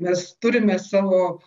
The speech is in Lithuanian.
mes turime savo